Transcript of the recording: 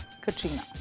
Katrina